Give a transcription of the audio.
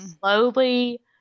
slowly